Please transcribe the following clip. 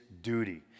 duty